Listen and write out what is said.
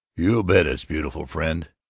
you bet it's beautiful, friend.